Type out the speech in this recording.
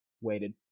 waited